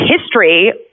history